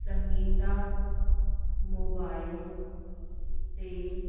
Sangeeta mobile 'ਤੇ